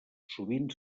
sovint